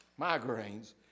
migraines